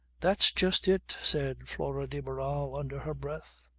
that's just it, said flora de barral under her breath.